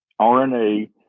RNA